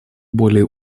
более